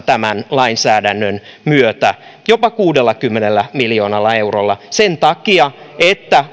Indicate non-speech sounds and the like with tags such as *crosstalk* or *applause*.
*unintelligible* tämän lainsäädännön myötä jopa kuudellakymmenellä miljoo nalla eurolla sen takia että